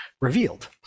revealed